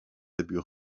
abus